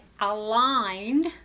aligned